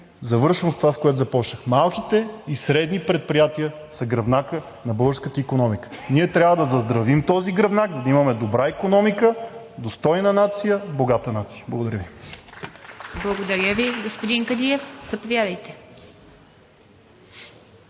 завършвам с това, с което започнах – малките и средни предприятия са гръбнакът на българската икономика. Ние трябва да заздравим този гръбнак, за да имаме добра икономика, достойна нация, богата нация! Благодаря Ви. (Ръкопляскания от